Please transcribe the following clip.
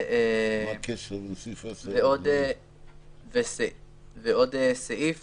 ועוד סעיף